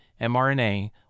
mRNA